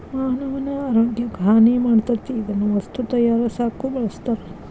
ಮಾನವನ ಆರೋಗ್ಯಕ್ಕ ಹಾನಿ ಮಾಡತತಿ ಇದನ್ನ ವಸ್ತು ತಯಾರಸಾಕು ಬಳಸ್ತಾರ